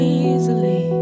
easily